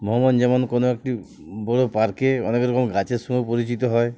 ভ্রমণ যেমন কোনো একটি বড় পার্কে অনেক রকম গাছের সঙ্গে পরিচিত হয়